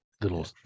little